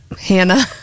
Hannah